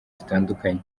zitandukanye